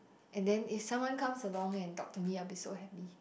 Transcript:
and then if someone comes along and talk to me I'll be so happy